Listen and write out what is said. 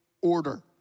order